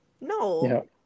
No